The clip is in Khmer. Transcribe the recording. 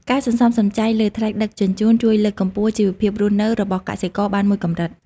ការសន្សំសំចៃលើថ្លៃដឹកជញ្ជូន ជួយលើកកម្ពស់ជីវភាពរស់នៅរបស់កសិករបានមួយកម្រិត។